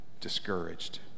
discouraged